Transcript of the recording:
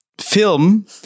film